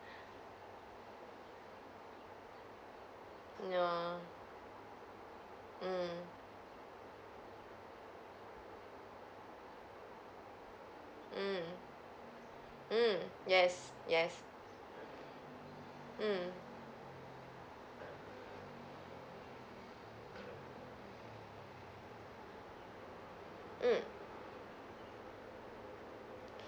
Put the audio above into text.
ya mm mm mm yes yes mm mm